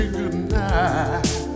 goodnight